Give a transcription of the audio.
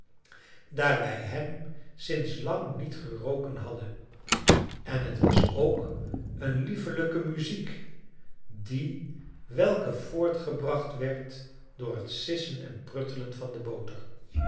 daar wij hem sinds lang niet geroken hadden en t was ook eene liefelijke muziek die welke voortgebracht werd door het sissen en pruttelen van de boter